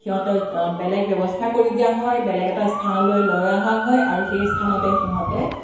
সিহঁতক বেলেগ ব্যৱস্থা কৰি দিয়া হয় বেলেগ এটা স্থানলৈ লৈ অহা হয় আৰু সেই স্থানতে সিহঁতে